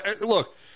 look